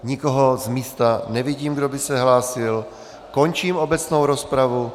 Nikoho z místa nevidím, kdo by se hlásil, končím obecnou rozpravu.